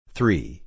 Three